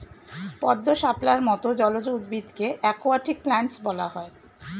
পদ্ম, শাপলার মত জলজ উদ্ভিদকে অ্যাকোয়াটিক প্ল্যান্টস বলা হয়